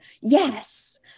yes